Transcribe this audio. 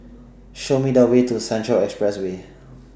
Show Me The Way to Central Expressway